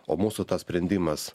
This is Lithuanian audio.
o mūsų tas sprendimas